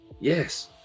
Yes